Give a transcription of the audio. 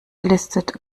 listet